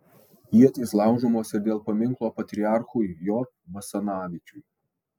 ietys laužomos ir dėl paminklo patriarchui j basanavičiui